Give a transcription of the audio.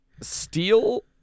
steal